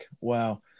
Wow